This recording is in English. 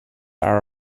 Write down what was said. are